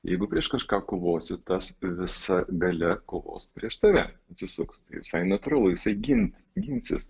jeigu prieš kažką kovosi tas visa galia kovos prieš tave atsisuks visai natūralu jisai gin ginsis